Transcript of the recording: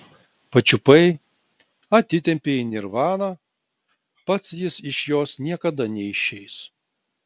pačiupai atitempei į nirvaną pats jis iš jos niekada neišeis